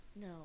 No